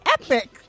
epic